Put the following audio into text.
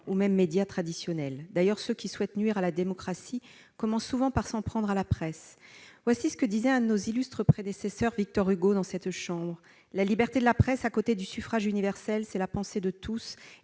et même les médias traditionnels. D'ailleurs, ceux qui souhaitent nuire à la démocratie commencent souvent par s'en prendre à la presse. Voici ce que disait un de nos illustres prédécesseurs, Victor Hugo :« La liberté de la presse à côté du suffrage universel, c'est la pensée de tous